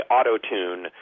Auto-Tune